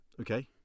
Okay